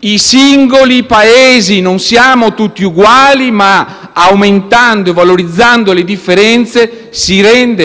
i singoli Paesi, in quanto non siamo tutti uguali. Aumentando e valorizzando le differenze possiamo